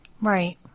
right